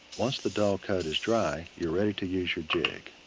once the dull cote is dry, you're ready to use your jig.